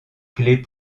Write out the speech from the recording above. clefs